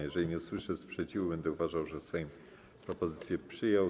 Jeżeli nie usłyszę sprzeciwu, będę uważał, że Sejm propozycję przyjął.